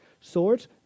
Swords